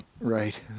right